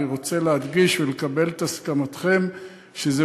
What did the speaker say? אני רוצה להדגיש ולקבל את הסכמתכם שזה